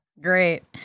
Great